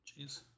Jeez